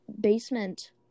basement